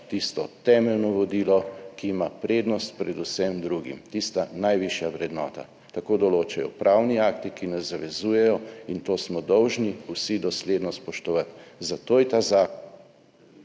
tisto temeljno vodilo, ki ima prednost pred vsem drugim, tista najvišja vrednota. Tako določajo pravni akti, ki nas zavezujejo, in to smo dolžni vsi dosledno spoštovati. Zato je ta zakon